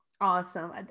Awesome